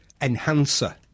enhancer